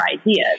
ideas